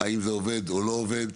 האם זה עובד או לא עובד?